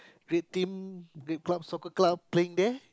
red team red club soccer club playing there